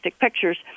pictures